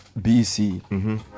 BC